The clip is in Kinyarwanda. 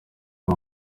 uri